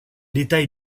détails